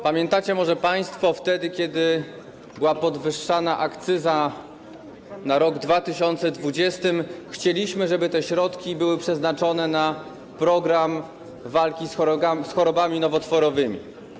Pamiętacie może państwo, że wtedy kiedy była podwyższana akcyza na rok 2020, chcieliśmy, żeby te środki były przeznaczone na program walki z chorobami nowotworowymi.